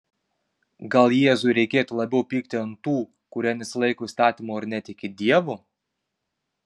gal jėzui reikėtų labiau pykti ant tų kurie nesilaiko įstatymo ir netiki dievu